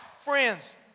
Friends